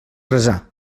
resar